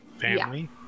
Family